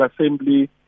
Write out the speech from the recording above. assembly